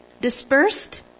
dispersed